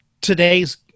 today's